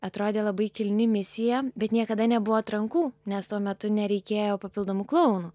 atrodė labai kilni misija bet niekada nebuvo atrankų nes tuo metu nereikėjo papildomų klounų